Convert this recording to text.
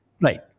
Right